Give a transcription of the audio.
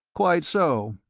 quite so,